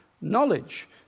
knowledge